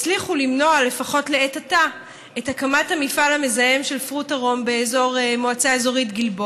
אומרת את זה שוב: תחנת המשטרה בנצרת היא אולי תחנת